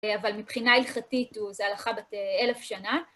אבל מבחינה הלכתית זו הלכה בת אלף שנה.